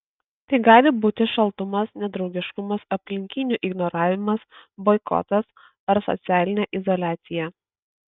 tai gali būti šaltumas nedraugiškumas aplinkinių ignoravimas boikotas ar socialinė izoliacija